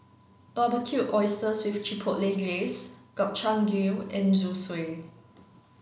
barbecued oysters with Chipotle Glaze Gobchang gui and Zosui